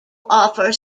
offer